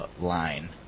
line